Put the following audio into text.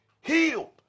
healed